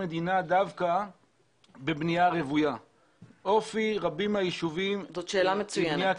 מדינה דווקא בבנייה רוויה -- זאת שאלה מצוינת.